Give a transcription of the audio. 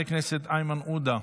חבר הכנסת איימן עודה,